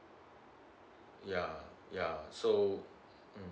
yeah yeah so mm